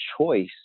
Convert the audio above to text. choice